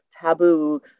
taboo